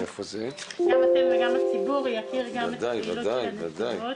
אתם וגם הציבור יכיר את הפעילות של הנציבות.